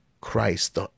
Christ